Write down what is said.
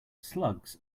slugs